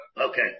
Okay